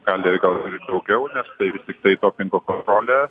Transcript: gali gal daugiau tai vis tiktai dopingo kontrolė